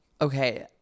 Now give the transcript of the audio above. Okay